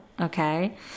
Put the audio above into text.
okay